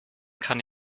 kann